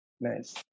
nice